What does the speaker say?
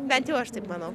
bent jau aš taip manau